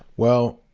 well,